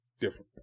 different